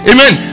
Amen